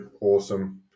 awesome